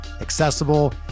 accessible